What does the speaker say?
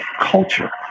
culture